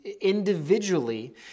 individually